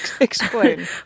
Explain